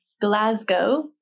glasgow